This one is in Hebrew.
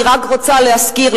אני רק רוצה להזכיר.